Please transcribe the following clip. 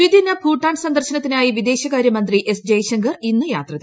ദ്വിദിന ഭൂട്ടാൻ സന്ദർശ്ന്ത്തിനായി വിദേശകാരൃമന്ത്രി എസ് ജയ്ശങ്കർ ഇന്ന് യാത്ര തിരിക്കും